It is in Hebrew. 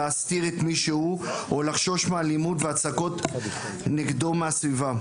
להסתיר את מי שהוא או לחשוש מאלימות והצקות נגדו מהסביבה.